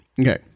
Okay